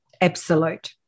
Absolute